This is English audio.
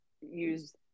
use